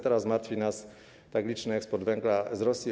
Teraz martwi nas tak liczny eksport węgla z Rosji.